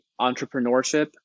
entrepreneurship